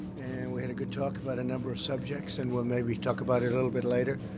and we had a good talk about a number of subjects, and we'll maybe talk about it a little bit later.